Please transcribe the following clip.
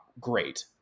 great